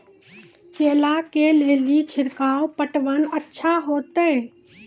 केला के ले ली छिड़काव पटवन अच्छा होते?